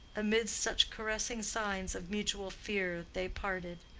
amidst such caressing signs of mutual fear they parted.